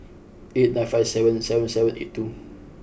eight nine five seven seven seven eight two